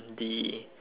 the